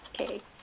Okay